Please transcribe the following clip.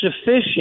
sufficient